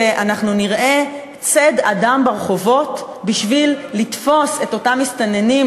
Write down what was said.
כשאנחנו נראה ציד אדם ברחובות בשביל לתפוס את אותם מסתננים,